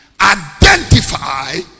identify